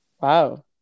Wow